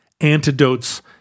antidotes